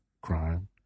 crime